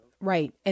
right